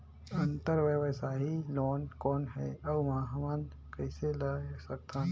अंतरव्यवसायी लोन कौन हे? अउ हमन कइसे ले सकथन?